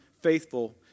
faithful